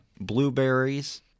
Blueberries